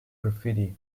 graffiti